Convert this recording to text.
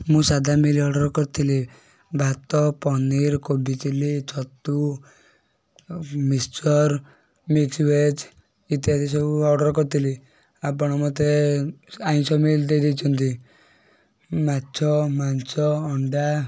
ମୁଁ ସାଧା meal order କରିଥିଲି ଭାତ ପନିର୍ କୋବି ଚିଲି ଛତୁ ଆଉ ମିକ୍ସଚର୍ ମିକ୍ସ୍ ଭେଜ୍ ଇତ୍ୟାଦି ସବୁ ଅର୍ଡ଼ର୍ କରିଥିଲି ଆପଣ ମୋତେ ଆଇଁଷ ମିଲ୍ ଦେଇ ଦେଇଛନ୍ତି ମାଛ ମାଂସ ଅଣ୍ଡା